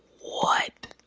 what?